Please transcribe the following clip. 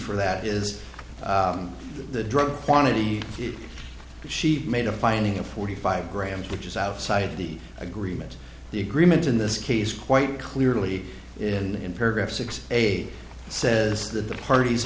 for that is the drug quantity she made a finding of forty five grams which is outside the agreement the agreement in this case quite clearly in paragraph six eight says that the parties